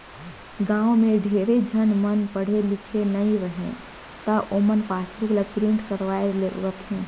गाँव में ढेरे झन मन पढ़े लिखे नई रहें त ओमन पासबुक ल प्रिंट करवाये रथें